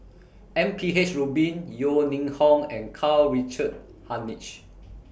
M P H Rubin Yeo Ning Hong and Karl Richard Hanitsch